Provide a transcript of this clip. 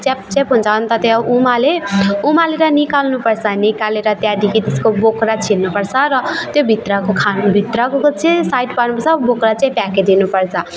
च्याप्प च्याप्प हुन्छ अनि त त्यो उमाले उमालेर निकाल्नुपर्छ निकालेर त्यहाँदेखि त्यसको बोक्रा छिल्नुपर्छ र त्यो भित्रको खानु भित्रको चाहिँ साइड पार्नुपर्छ बोक्रा चाहिँ फ्याँकिदिनुपर्छ